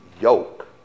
yoke